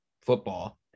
football